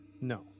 No